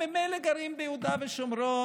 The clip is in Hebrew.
הם ממילא גרים ביהודה שומרון,